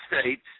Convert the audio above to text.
states